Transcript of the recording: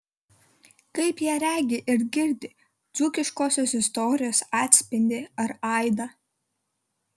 kaip jie regi ir girdi dzūkiškosios istorijos atspindį ar aidą